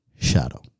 shadow